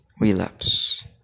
relapse